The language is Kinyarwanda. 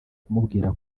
kumubwira